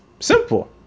Simple